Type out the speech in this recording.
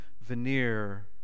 veneer